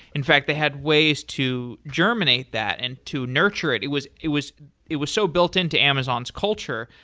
in fact, they had ways to germinate that and to nurture it. it was it was it was so built-in to amazon's culture.